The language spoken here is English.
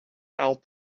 out